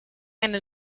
eine